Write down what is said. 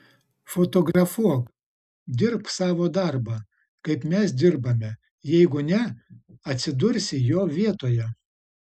fotografuok dirbk savo darbą kaip mes dirbame jeigu ne atsidursi jo vietoje